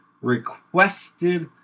requested